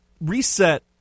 reset